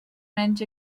menys